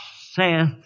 saith